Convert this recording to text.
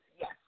Yes